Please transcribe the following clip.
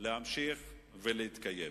יכולות להמשיך ולהתקיים.